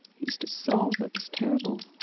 he used to sob, it was terrible.